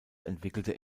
entwickelte